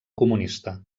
comunista